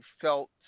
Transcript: felt